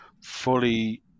fully